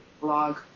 blog